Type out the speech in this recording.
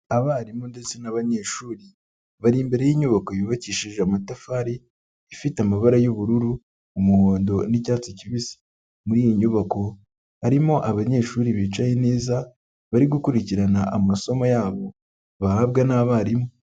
Abarimu ndetse n'abanyeshuri, bari imbere y'inyubako yubakishije amatafari ifite amabara y'ubururu, umuhondo ndetse n'icyatsi kibisi, muri iyi nyubako harimo abanyeshuri bicaye neza, bari gukurikirana amasomo yabo bahabwa n'abarimu.